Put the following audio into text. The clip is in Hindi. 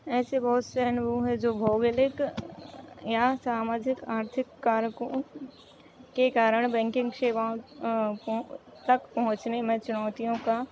ऐसे बहुत से अनुभव हैं जो भौगोलिक या सामाजिक आर्थिक कारकों के कारण बैंकिन्ग सेवाओं पहों तक पहुँचने में चुनौतियों का